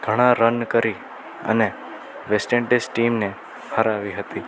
ઘણા રન કરી અને વેસ્ટ ઇંડીઝ ટીમને હરાવી હતી